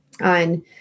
on